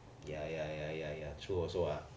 ya ya ya ya ya true also ah